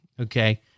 Okay